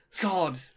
god